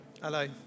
Hello